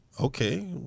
okay